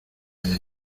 ellos